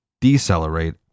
decelerate